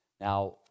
Now